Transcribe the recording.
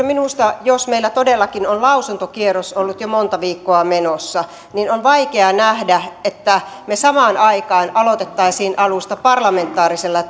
minusta jos meillä todellakin on lausuntokierros ollut jo monta viikkoa menossa on vaikea nähdä että me samaan aikaan aloittaisimme alusta parlamentaarisella